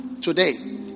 Today